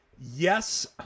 yes